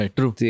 True